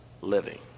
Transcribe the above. living